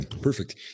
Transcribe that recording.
perfect